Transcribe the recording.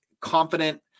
confident